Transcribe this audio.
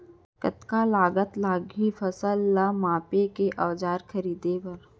कतका लागत लागही फसल ला मापे के औज़ार खरीदे बर?